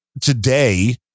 today